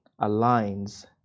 aligns